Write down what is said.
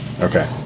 Okay